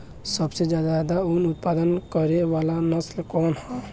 सबसे ज्यादा उन उत्पादन करे वाला नस्ल कवन ह?